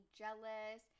jealous